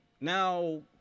now